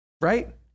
Right